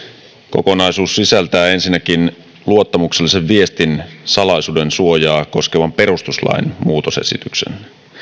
kokonaisuus sisältää ensinnäkin luottamuksellisen viestin salaisuuden suojaa koskevan perustuslain muutosesityksen